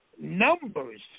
numbers